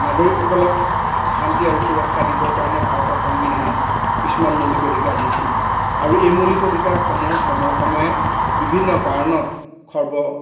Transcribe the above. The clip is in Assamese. নাগৰিকসকলক শান্তি আৰু সুৰক্ষা দিবৰ কাৰণে ভাৰতৰ সংবিধানে কিছুমান মৌলিক অধিকাৰ দিছিল আৰু এই মৌলিক অধিকাৰসমূহ সময়ে সময়ে বিভিন্ন কাৰণত সৰ্ব